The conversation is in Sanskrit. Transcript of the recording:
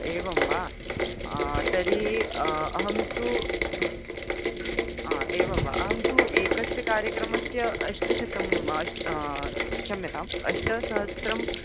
एवं वा तर्हि अहं तु एवं वा अहं तु एकस्य कार्यक्रमस्य अष्टशतम् माष्टा क्षम्यताम् अष्टसहस्रम्